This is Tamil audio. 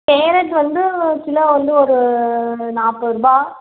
கேரட் வந்து கிலோ வந்து ஒரு நாற்பது ருபாய்